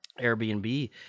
Airbnb